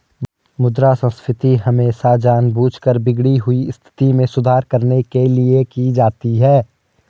मुद्रा संस्फीति हमेशा जानबूझकर बिगड़ी हुई स्थिति में सुधार करने के लिए की जाती है